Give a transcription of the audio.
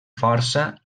força